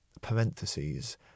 parentheses